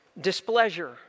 displeasure